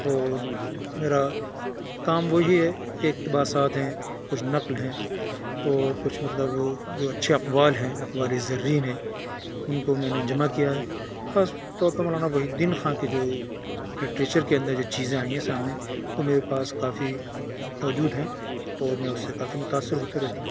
اور میرا کام وہی ہے کہ اقتباسات ہیں کچھ نقل ہیں اور کچھ مطلب جو اچھے اقوال ہیں اقوال زرین ہیں ان کو میں نے جمع کیا ہے خاص طور پر مولانا وحید الدین خان کے جو لٹریچر کے اندر جو چیزیں آئی ہیں سامنے تو میرے پاس کافی موجود ہیں اور میں اس سے کافی متأثر ہوتے رہتا ہوں